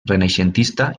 renaixentista